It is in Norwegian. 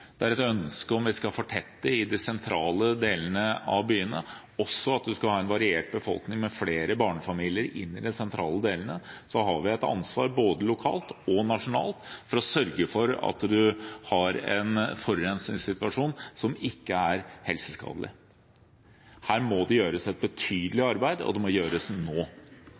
det er et ønske om at vi skal fortette i de sentrale delene av byene, og at man skal ha en variert befolkning, med flere barnefamilier i de sentrale delene – har vi et ansvar både lokalt og nasjonalt for å sørge for at man har en forurensningssituasjon som ikke er helseskadelig. Her må det gjøres et betydelig arbeid, og det må gjøres nå.